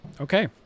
okay